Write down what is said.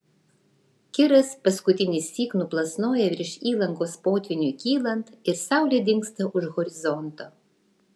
kiras paskutinįsyk nuplasnoja virš įlankos potvyniui kylant ir saulė dingsta už horizonto